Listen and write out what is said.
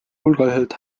hulgaliselt